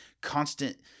constant